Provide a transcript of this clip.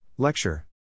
Lecture